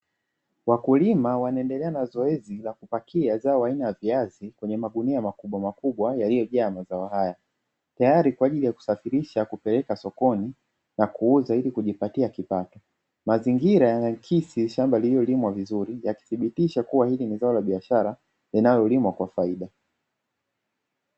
Wakulima wanaendelea na zoezi la kupakia zao la viazi kwenye magunia makubwa makubwa, yaliyojaa zao haya tayari kwa kupeleka sokoni na kuuza ilikujipatia kipato. Mazingira huakisi shamba lililolimwa vizuri yakidhibitisha kuwa ni zao la biashara linalolimwa kwa faida.